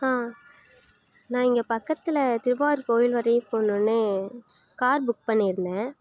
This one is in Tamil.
ஆ நான் இங்கே பக்கத்தில் திருவாரூர் கோயில் வரையும் போகணும்னு கார் புக் பண்ணியிருந்தேன்